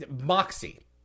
moxie